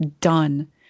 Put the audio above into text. done